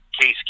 Case